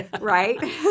right